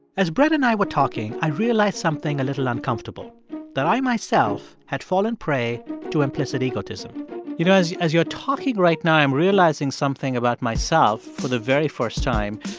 as brett and i were talking, i realized something a little uncomfortable that i myself had fallen prey to implicit egotism you know, as as you're talking right now, i am realizing something about myself for the very first time.